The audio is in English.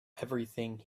everything